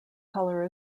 color